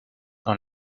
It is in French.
dans